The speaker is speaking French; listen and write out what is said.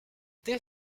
dès